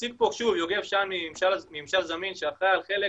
הציג פה יוגב מממשל זמין שאחראי על חלק